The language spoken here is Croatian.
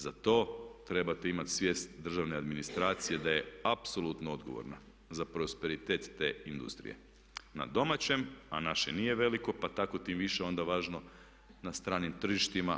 Za to trebate imati svijest državne administracije da je apsolutno odgovorna za prosperitet te industrije na domaćem a naše nije veliko, pa tako tim više onda važno na stranim tržištima.